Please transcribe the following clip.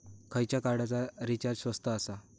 खयच्या कार्डचा रिचार्ज स्वस्त आसा?